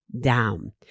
down